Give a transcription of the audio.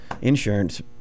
Insurance